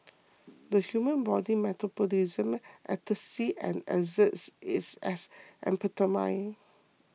the human body metabolises ecstasy and excretes it as amphetamine